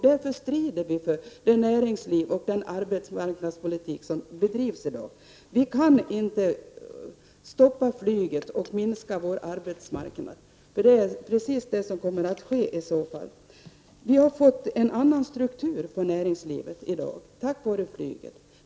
Därför strider vi för det näringsliv och den arbetsmarknadspolitik som bedrivs i dag. Vi kan inte stoppa flyget och därmed minska vår arbetsmarknad. Det är precis det som kommer att ske om flyget läggs ned. Näringslivet har fått en annan struktur i dag, tack vare flyget.